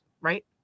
right